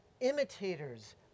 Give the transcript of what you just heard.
imitators